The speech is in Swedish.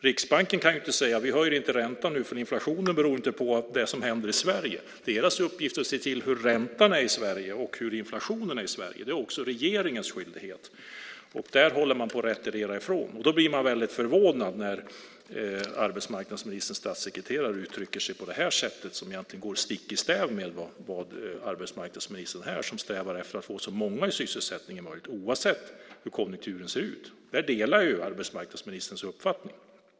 Riksbanken kan inte säga: Vi höjer inte räntan nu, för inflationen beror inte på det som händer i Sverige. Deras uppgift är att se till hur räntan är i Sverige, och hur inflationen är är också regeringens skyldighet. Det håller man nu på att retirera ifrån. Därför blir jag väldigt förvånad när arbetsmarknadsministerns statssekreterare uttrycker sig på det sättet, som egentligen går stick i stäv med vad arbetsmarknadsministern säger här om att få så många som möjligt i sysselsättning oavsett hur konjunkturen ser ut. Här delar jag arbetsmarknadsministerns uppfattning.